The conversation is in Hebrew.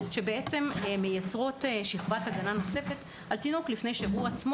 כך נוצרת שכבת הגנה נוספת לפני שהתינוק